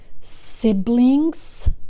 siblings